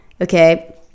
Okay